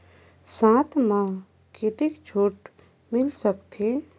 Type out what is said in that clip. साथ म कतेक छूट मिल सकथे?